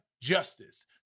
justice